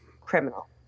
Criminal